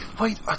wait